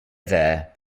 there